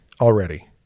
already